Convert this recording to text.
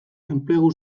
enplegu